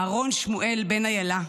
אהרון שמואל בן אילה,